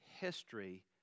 history